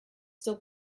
still